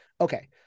Okay